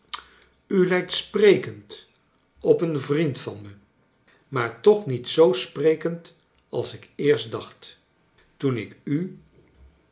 u lijkt sprekend op een vriend van me maar toch niet zoo sprekend als ik eerst dacht toen ik u